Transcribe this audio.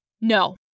No